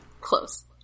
Close